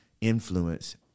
influence